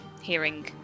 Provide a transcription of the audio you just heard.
hearing